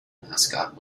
mascot